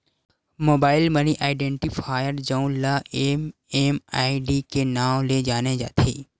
mobile money identifier जउन ल MMID के नांव ले जाने जाथे